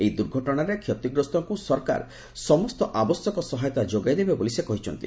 ଏହି ଦୁର୍ଘଟଣାରେ କ୍ଷତିଗ୍ରସ୍ତଙ୍କୁ ସରକାର ସମସ୍ତ ଆବଶ୍ୟକ ସହାୟତା ଯୋଗାଇ ଦେବେ ବୋଲି ସେ କହିଚ୍ଛନ୍ତି